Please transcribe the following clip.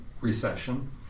Recession